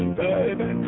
baby